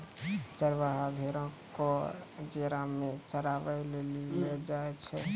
चरबाहा भेड़ो क जेरा मे चराबै लेली लै जाय छै